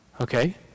Okay